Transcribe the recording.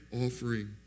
offering